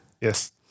Yes